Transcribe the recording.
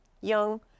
young